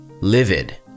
livid